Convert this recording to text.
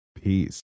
Peace